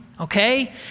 okay